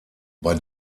bei